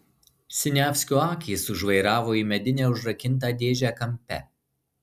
siniavskio akys sužvairavo į medinę užrakintą dėžę kampe